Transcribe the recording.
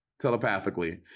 telepathically